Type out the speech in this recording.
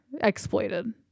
exploited